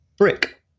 Brick